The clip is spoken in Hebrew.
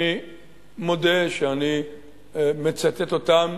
אני מודה שאני מצטט אותם